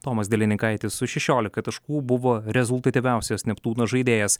tomas delininkaitis su šešiolika taškų buvo rezultatyviausias neptūno žaidėjas